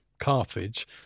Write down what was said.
Carthage